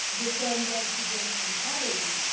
the son does begin an apology.